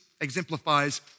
exemplifies